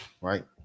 right